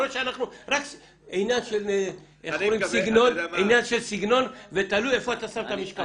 רק עניין של סגנון ותלוי איפה אתה שם את המשקפיים.